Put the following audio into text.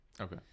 Okay